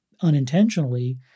unintentionally